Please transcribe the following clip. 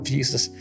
Jesus